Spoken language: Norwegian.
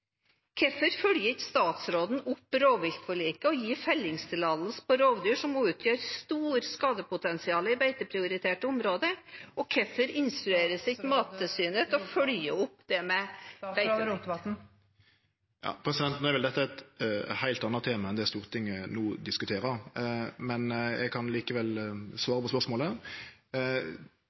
Hvorfor følger ikke statsråden opp rovviltforliket og gir fellingstillatelse på rovdyr, som utgjør stort skadepotensial i beiteprioriterte områder? Og hvorfor instrueres ikke Mattilsynet til å følge det opp? Dette er vel eit heilt anna tema enn det som Stortinget no diskuterer, men eg kan likevel svare på spørsmålet.